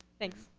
thanks.